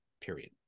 Period